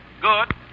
good